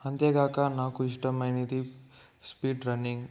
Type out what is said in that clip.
అంతేకాక నాకు ఇష్టమైనది స్పీడ్ రన్నింగ్